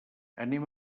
anem